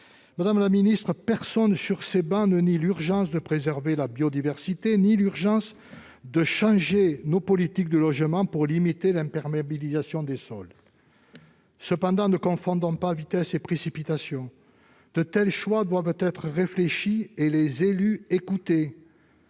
Madame la ministre, sur ces travées, personne ne nie l'urgence de préserver la biodiversité ni celle de changer nos politiques de logement pour limiter l'imperméabilisation des sols. Cependant, ne confondons pas vitesse et précipitation. De tels choix doivent être réfléchis et les élus doivent